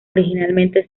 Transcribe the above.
originalmente